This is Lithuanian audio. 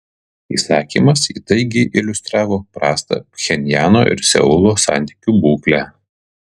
įsakymas įtaigiai iliustravo prastą pchenjano ir seulo santykių būklę